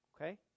okay